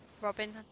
Robin